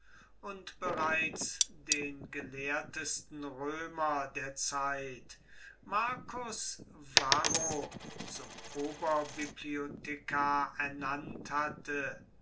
und bereits den gelehrtesten römer der zeit marcus varro zum oberbibliothekar ernannt hatte